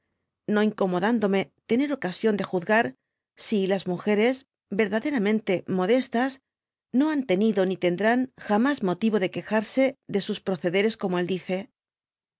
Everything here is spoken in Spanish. no iaoomodandome tener ocasión de juzgar si las nrógeres verdaderamente modestas no han tenido ni tendrán jamas motivo de quejarse de sus procederes como el dice